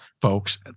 folks